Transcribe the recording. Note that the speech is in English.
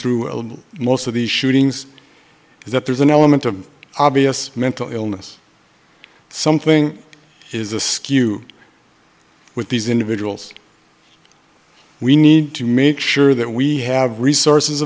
through most of these shootings is that there's an element of obvious mental illness something is askew with these individuals we need to make sure that we have resources